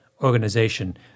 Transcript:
organization